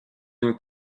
une